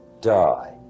die